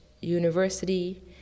university